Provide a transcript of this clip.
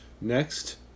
Next